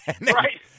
Right